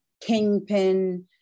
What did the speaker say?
kingpin